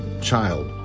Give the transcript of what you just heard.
child